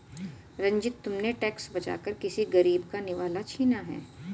रंजित, तुमने टैक्स बचाकर किसी गरीब का निवाला छीना है